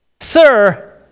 Sir